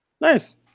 Nice